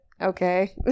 okay